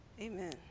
Amen